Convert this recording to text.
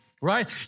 right